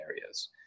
areas